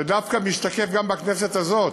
שדווקא משתקף גם בכנסת הזאת: